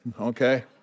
okay